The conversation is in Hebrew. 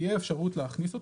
תהיה אפשרות להכניס אותו,